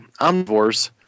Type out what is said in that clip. omnivores